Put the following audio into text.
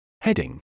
Heading